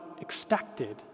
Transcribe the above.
expected